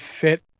fit